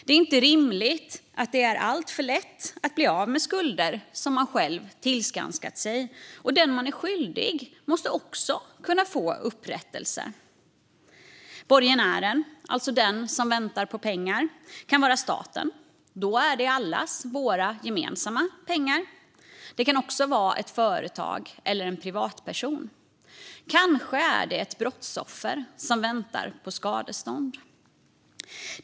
Det är inte rimligt att det är alltför lätt att bli av med skulder som man själv tillskansat sig, och den man är skyldig måste också kunna få upprättelse. Borgenären, alltså den som väntar på pengar, kan vara staten. Då är det allas våra gemensamma pengar det handlar om. Det kan också vara ett företag eller en privatperson. Kanske är det ett brottsoffer som väntar på skadestånd.